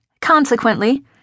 Consequently